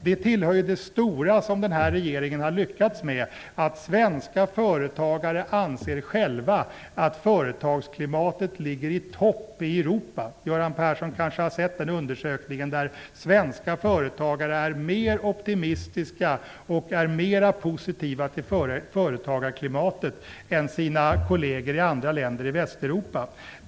Detta tillhör det stora som den här regeringen har lyckats med. Svenska företagare anser själva att företagsklimatet ligger i topp i Europa. Göran Persson har kanske sett den undersökning där svenska företagare är mer optimistiska och mer positiva till företagarklimatet än sina kolleger i andra länder i Västeuropa.